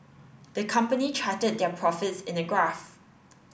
the company charted their profits in a graph